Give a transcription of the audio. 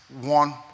one